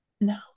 No